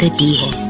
ah da